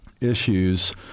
issues